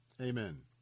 Amen